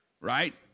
right